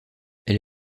elle